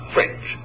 French